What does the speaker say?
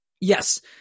Yes